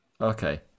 Okay